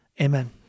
Amen